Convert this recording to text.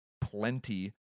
plenty